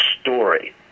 story